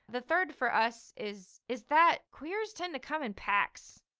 the third for us is, is that queers tend to come in packs,